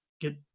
get